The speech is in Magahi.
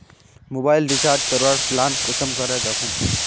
मोबाईल रिचार्ज करवार प्लान कुंसम करे दखुम?